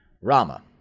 Rama